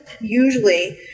usually